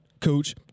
coach